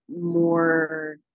more